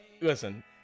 listen